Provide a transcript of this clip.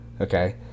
Okay